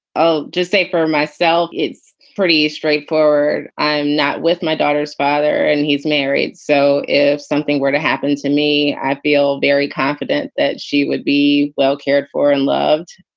oh, just say for myself. it's pretty straightforward. i'm not with my daughter's father and he's married. so if something were to happen to me, i'd feel very confident that she would be well cared for and loved.